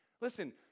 Listen